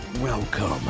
Welcome